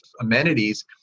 amenities